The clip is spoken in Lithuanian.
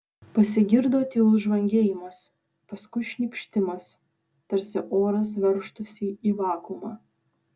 pasigirdo tylus žvangėjimas paskui šnypštimas tarsi oras veržtųsi į vakuumą